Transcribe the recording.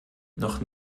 noch